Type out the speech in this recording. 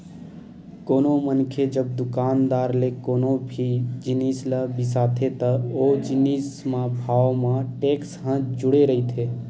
कोनो मनखे जब दुकानदार ले कोनो भी जिनिस ल बिसाथे त ओ जिनिस म भाव म टेक्स ह जुड़े रहिथे